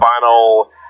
final